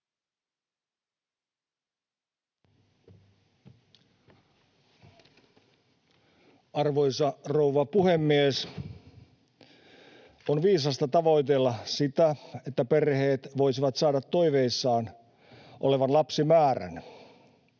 Arvoisa rouva puhemies! On viisasta tavoitella sitä, että perheet voisivat saada toiveissaan olevan lapsimäärän.